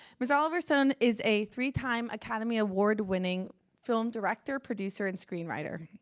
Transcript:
mr. oliver stone is a three time academy award-winning film director, producer, and screenwriter.